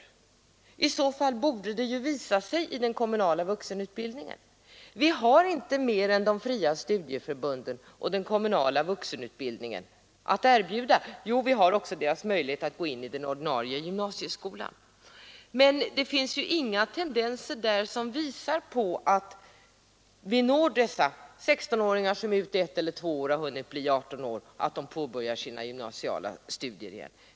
Att de gör det borde ju visa sig i den kommunala vuxenutbildningen. Vi har inte mer än de fria studieförbunden och den kommunala vuxenutbildningen att erbjuda — plus möjligheterna att gå in i den ordinarie gymnasieskolan. Men det finns ingenting där som tyder på att vi når de 16-åringar, som är ute i förvärvslivet ett eller två år och som alltså har hunnit bli 17 eller 18 år, och får dem att påbörja sina gymnasiala studier igen.